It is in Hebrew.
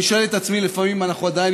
אני שואל את עצמי לפעמים אם אנחנו עדיין